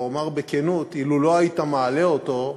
ואומר בכנות: אילו לא היית מעלה אותו,